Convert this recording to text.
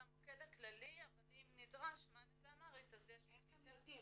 זה המוקד הכללי אבל אם נדרש מענה באמהרית --- איך הם יודעים?